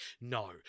no